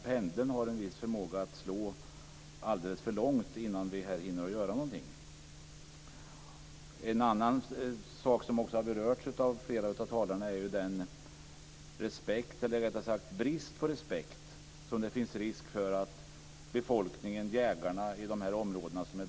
Pendeln har en viss förmåga att slå alldeles för långt innan vi här hinner att göra någonting. En annan sak som också har berörts av flera av talarna är ju den brist på respekt som det finns risk för att befolkningen och jägarna i de drabbade områdena känner.